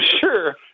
sure